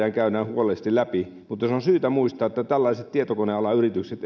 ja käydään huolellisesti läpi mutta on syytä muistaa että esimerkiksi tällaiset tietokonealan yritykset